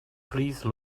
please